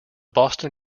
boston